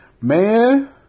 Man